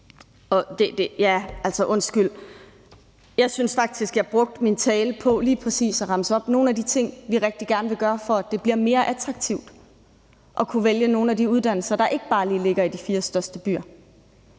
taler herinde. Ja, undskyld, men jeg synes faktisk, at jeg brugte min tale på lige præcis at opremse nogle af de ting, vi rigtig gerne vil gøre, for at det bliver mere attraktivt at kunne vælge nogle af de uddannelser, der ikke bare lige ligger i de fire største byer.